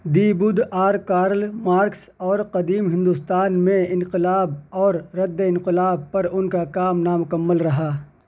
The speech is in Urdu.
the Buddha or Karl Marx اور قدیم ہندوستان میں انقلاب اور رد انقلاب پر ان کا کام نامکمل رہا